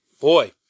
Boy